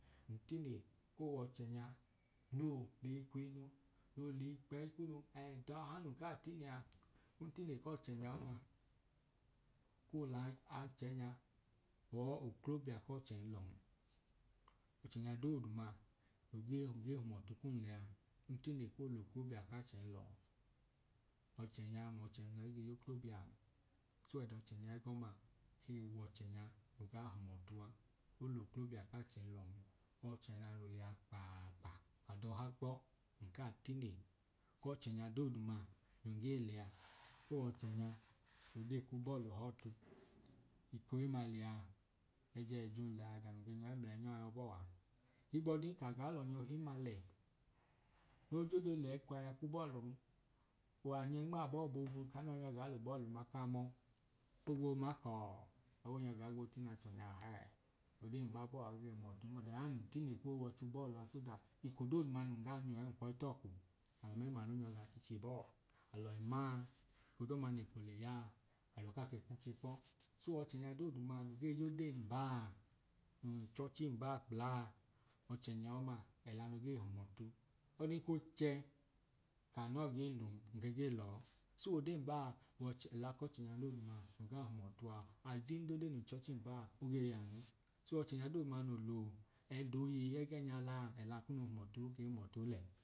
Ntine k’owọchẹnya no leyi kwiinu no likpẹyi kunu, ẹdaọha nun kaa tine a ntine kọchẹnya oma ko la anchẹnya n ọọ oklobia k’ọchọnyilọn ọchẹnya dooduma no gee hum ọtu kun lẹ a ntine koo l’oklobia k’achẹnyilọn ọchẹnya mlọ chẹnyilọ ige y’oklobian so ẹdọ chẹnya ẹgọma w’ẹdọchẹnya no gaa hum ọtu a oloklobia k’achẹnyilọn ọchẹnya noo liya kpaakpa. Ọdọha kpọ nka tine k’ọchẹnya dooduma nun ga lẹ a koo w’ọchẹnya no dee kubọọlu họọtu ekohimma liya nẹjẹ ijum liya ẹga nun ge nyọi mlẹnyọ a yọbọọa higbọdin ka gaa l’ọnya ohimma lẹ noo jodee lẹyi kwaya kubọọlun o anyẹ nmaabọọ boobu kanọọ nyọ gaa lubọọlu ma kaamọọ ogboo ma kọọ awọ nyọ gaa gboo tin’achẹnya, ọha ẹẹ, odee mbabọọa oge hum ọtun ọdanoya ntine koo w’ọch’ubọọlu a so that ekodooduma nun gaa nyọ ẹẹ nkwọọ tookwu alọ mẹmlanu nyọ gaa chiche bọọ alọi maa ekodooduma neko lẹyaa alọ kaa ke kuche kpọ. So ọchẹnya dooduma noo ge y’odeembaa nun chọchi mbaa kplaa ọchẹnya ọma ẹlanu gee hum ọtu ọdin k’ọchẹ kanọọ gee lum nke gee lọọ so odembaa ẹla k’ọchẹnya dooduma no gaa hum ọtu a odundodee nun chọchi mbaa oge yaanu, so ọchẹnya dooduma noo loyei ẹgẹnya laa ẹla kunu hum ọtu oke hum ọtu olẹ.